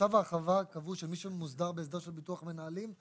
בצו ההרחבה קבעו שמי שמוסדר בהסדר של ביטוח מנהלים,